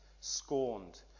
scorned